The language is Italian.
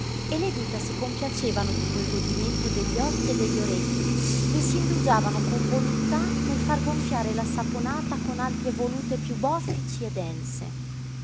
e le dita si compiacevano di quel godimento degli occhi e degli orecchi e s'indugiavano con voluttà nel far gonfiare la saponata con altre volute piú boffici e dense